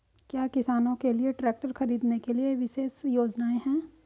क्या किसानों के लिए ट्रैक्टर खरीदने के लिए विशेष योजनाएं हैं?